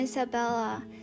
Isabella